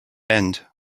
end